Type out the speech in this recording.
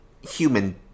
human